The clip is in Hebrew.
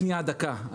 המדד לא נכון?